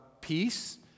peace